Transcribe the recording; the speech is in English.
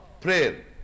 prayer